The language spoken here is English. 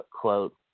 quote